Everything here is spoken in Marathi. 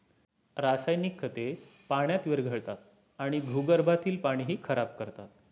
रासायनिक खते पाण्यात विरघळतात आणि भूगर्भातील पाणीही खराब करतात